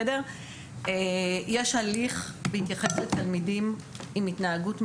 יש הליך בהתייחס לתלמידים עם התנהגות מאתגרת,